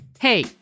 Hey